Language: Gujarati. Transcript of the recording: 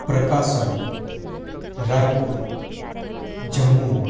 પ્રકાસમ્ રાયપુર જમ્મુ